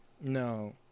No